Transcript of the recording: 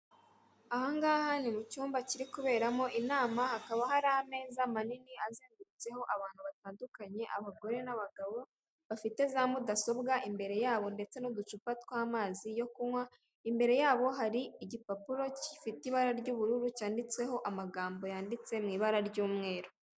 Aha ngaha ni mu cyumba kiri kuberamo inama hakaba hari ameza manini azengurutseho abantu batandukanye abagore n'abagabo, bafite za mudasobwa imbere yabo ndetse n'uducupa tw'amazi yo kunywa, imbere yabo hari igipapuro gifite ibara ry'ubururu cyanditseho amagambo yanditse mu ibara ry'umweru.